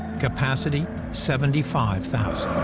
capacity seventy five thousand.